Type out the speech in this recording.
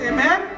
Amen